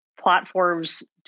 platforms